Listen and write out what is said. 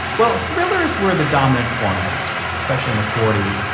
well, thrillers were the dominant format, especially in the forty s.